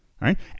Right